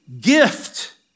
gift